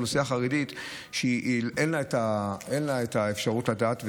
לאוכלוסייה החרדית אין אפשרות לדעת,